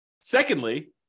secondly